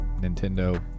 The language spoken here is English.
Nintendo